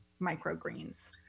microgreens